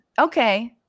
okay